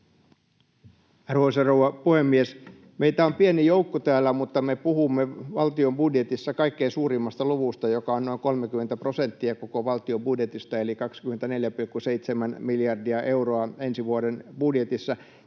Arvoisa rouva puhemies! Meitä on pieni joukko täällä, mutta me puhumme valtion budjetissa kaikkein suurimmasta luvusta, joka on noin 30 prosenttia koko valtion budjetista eli 24,7 miljardia euroa ensi vuoden budjetissa.